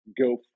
go